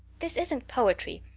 this isn't poetry,